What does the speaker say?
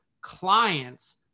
clients